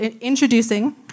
introducing